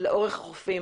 לאורך החופים,